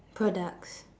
products